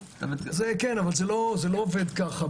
נכון, אבל זה לא עובד ככה.